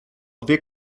dwie